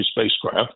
spacecraft